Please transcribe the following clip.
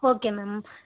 okay ma'am